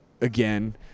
again